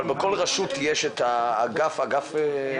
אבל בכל רשות יש את האגף הקליטה?